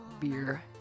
beer